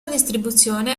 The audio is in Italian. distribuzione